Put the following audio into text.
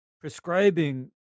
prescribing